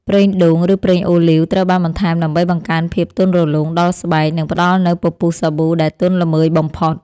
ប្រេងដូង ឬប្រេងអូលីវ ត្រូវបានបន្ថែមដើម្បីបង្កើនភាពទន់រលោងដល់ស្បែក និងផ្តល់នូវពពុះសាប៊ូដែលទន់ល្មើយបំផុត។